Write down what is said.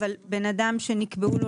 אבל בן-אדם שנקבעו לו,